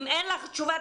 אם אין לך תשובה,